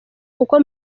kuko